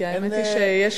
כי האמת היא שיש